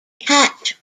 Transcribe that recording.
catch